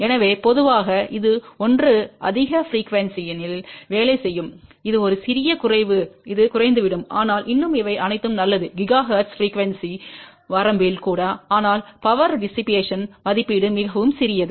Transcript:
எனவே பொதுவாக இது ஒன்று அதிக ப்ரிக்யூவென்ஸிணில் வேலை செய்யும் இது ஒரு சிறிய குறைவு இது குறைந்துவிடும் ஆனால் இன்னும் இவை அனைத்தும் நல்லது GHz ப்ரிக்யூவென்ஸி வரம்பில் கூட ஆனால் பவர் டிசிபேஷன் மதிப்பீடு மிகவும் சிறியது